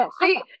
See